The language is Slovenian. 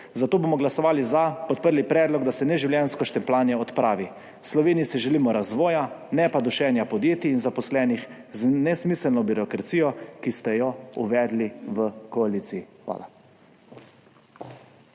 zato bomo glasovali za, podprli predlog, da se odpravi neživljenjsko štempljanje. V Sloveniji si želimo razvoja, ne pa dušenja podjetij in zaposlenih z nesmiselno birokracijo, ki ste jo uvedli v koaliciji. Hvala.